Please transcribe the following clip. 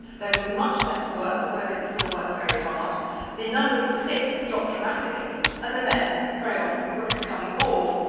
there was much less work although they were still worked very hard the numbers of sick dropped dramatically, and the men very often were becoming bored,